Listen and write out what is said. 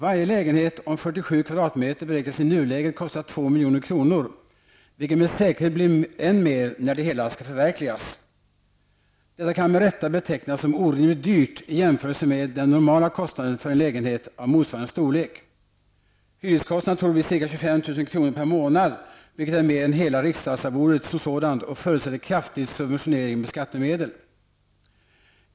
Varje lägenhet om 47 kvadratmeter beräknas i nuläget kosta 2 milj.kr. Med säkerhet blir det fråga om en ännu högre kostnad när det hela skall förverkligas. Detta kan med rätta betecknas som orimligt dyrt i jämförelse med den normala kostnaden för en lägenhet av motsvarande storlek. Hyreskostnaden torde bli ca 25 000 kr. per månad, vilket är mer än hela riksdagsarvodet som sådant. Dessutom förutsätter det här en kraftig subventionering med skattemedel.